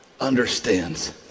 understands